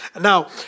Now